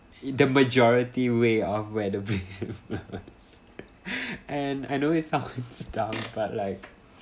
in the majority way of where the wind blows and I know it's sound dumb but like